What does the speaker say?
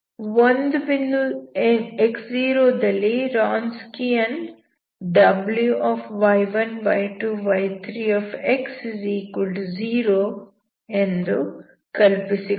ಒಂದು ಬಿಂದು x0 ದಲ್ಲಿ ರಾನ್ಸ್ಕಿಯನ್ Wy1 y2 y3x0 ಎಂದು ಕಲ್ಪಿಸಿಕೊಳ್ಳಿ